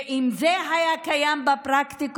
ואם זה היה קיים בפרקטיקות,